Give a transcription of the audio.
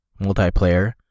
multiplayer